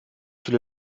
viele